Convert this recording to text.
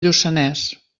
lluçanès